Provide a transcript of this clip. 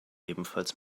ebenfalls